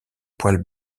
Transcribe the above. poils